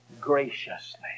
graciously